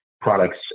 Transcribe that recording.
products